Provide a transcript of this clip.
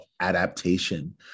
adaptation